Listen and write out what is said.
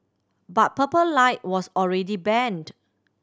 but Purple Light was already banned